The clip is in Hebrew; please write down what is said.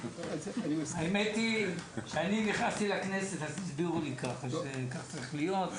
האמת היא שכשאני נכנסתי לכנסת הסבירו לי שככה צריך להיות.